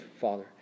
Father